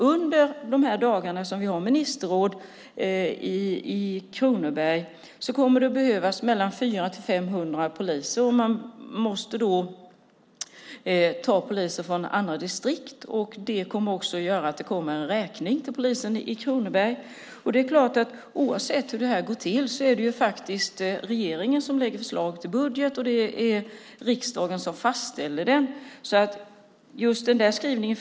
Under de dagar som vi har ministerråd i Kronoberg kommer det att behövas 400-500 poliser, och man måste då ta poliser från andra distrikt. Det kommer att innebära att det kommer en räkning till polisen i Kronoberg. Oavsett hur detta går till är det regeringen som lägger fram förslag till budget, och det är riksdagen som fastställer den. Därför förstår jag inte riktigt just den skrivningen.